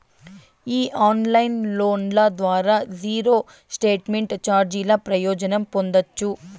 ఈ ఆన్లైన్ లోన్ల ద్వారా జీరో స్టేట్మెంట్ చార్జీల ప్రయోజనం పొందచ్చు